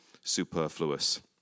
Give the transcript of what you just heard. superfluous